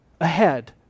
Ahead